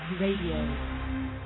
Radio